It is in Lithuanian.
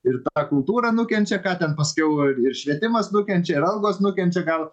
ir tą kultūrą nukenčia ką ten paskiau ir ir švietimas nukenčia ir algos nukenčia gal